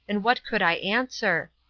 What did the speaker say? and what could i answer?